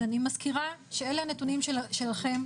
אני מזכירה שאלו הנתונים שלכם,